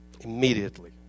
immediately